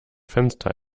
fenster